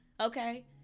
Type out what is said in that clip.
okay